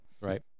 Right